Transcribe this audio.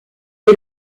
est